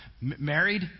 married